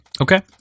Okay